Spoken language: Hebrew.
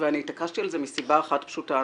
התעקשתי על כך מסיבה אחת פשוטה.